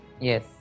yes